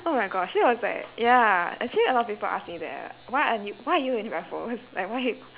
oh my gosh that was like ya actually a lot of people ask me that ah why aren't y~ why are you in raffles like why